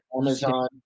Amazon